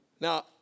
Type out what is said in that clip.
Now